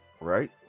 Right